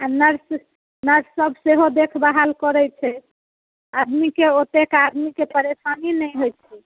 आ nurse nurse सब सेहो देखभाल करैत छै आदमीके ओतेक आदमीके परेशानी नहि होइत छै